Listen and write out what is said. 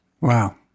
Wow